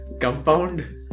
Compound